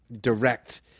direct